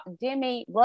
Demi